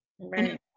Right